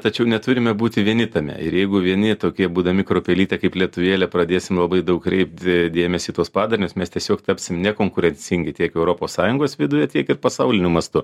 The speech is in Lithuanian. tačiau neturime būti vieni tame ir jeigu vieni tokie būdami kruopelytę kaip lietuvėlė pradėsime labai daug kreipt dėmesį į tuos padarinius mes tiesiog tapsim nekonkurencingi tiek europos sąjungos viduje tiek ir pasauliniu mastu